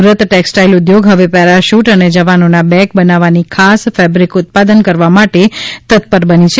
Surat textile ઉદ્યોગ હવે parachute અને જવાનોના બેગ બનાવવાની ખાસ ફેબ્રિક ઉત્પાદન કરવા માટે તત્પર બની છે